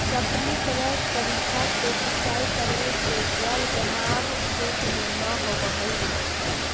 sprinkler तरीका से सिंचाई करे से जल जमाव खेत में न होवऽ हइ